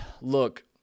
look